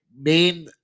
main